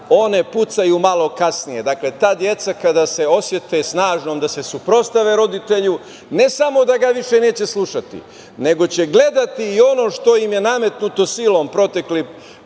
pucaju malo kasnije. Dakle, ta deca kada se osete snažnom da se suprotstave roditelju, ne samo da ga više neće slušati, nego će gledati i ono što im je nametnuto silom proteklih